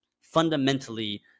Fundamentally